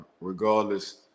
regardless